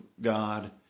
God